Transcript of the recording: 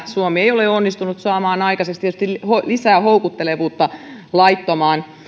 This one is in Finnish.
suomi ei ole onnistunut saamaan aikaiseksi se tietysti lisää houkuttelevuutta laittomaan